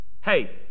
Hey